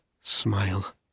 smile